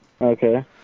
Okay